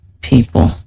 people